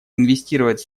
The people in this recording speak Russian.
инвестировать